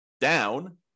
down